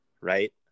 right